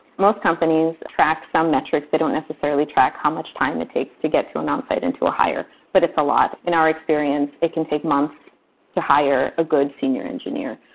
most companies track some metrics that don't necessarily track how much time it takes to get to an onsite and to a hire, but it's a lot. in our experience, it can take months to hire a good senior engineer,